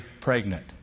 pregnant